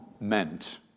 meant